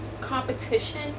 Competition